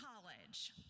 college